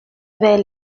vers